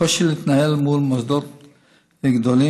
קושי להתנהל מול מוסדות גדולים,